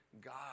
God